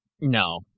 No